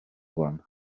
one